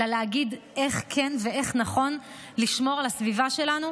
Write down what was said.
אלא להגיד איך כן ואיך נכון לשמור על הסביבה שלנו,